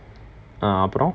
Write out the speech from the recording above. ah அப்பறம்:aparam